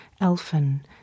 Elfin